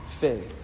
faith